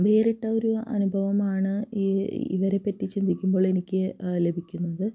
വേറിട്ടൊരു അനുഭവമാണ് ഇവരെപ്പറ്റി ചിന്തിക്കുമ്പോൾ എനിക്ക് ലഭിക്കുന്നത്